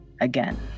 again